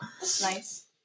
Nice